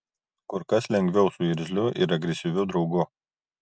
kur kas lengviau su irzliu ir agresyviu draugu